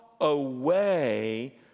away